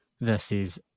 versus